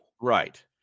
Right